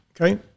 Okay